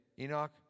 Enoch